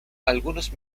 algunos